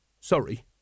sorry